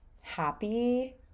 happy